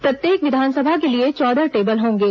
प्रत्येक विधानसभा के लिए चौदह टेबल होंगे